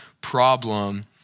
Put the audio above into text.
problem